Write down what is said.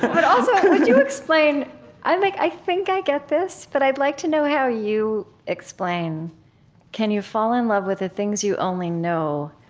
but also, would you explain i like i think i get this, but i'd like to know how you explain can you fall in love with the things you only know,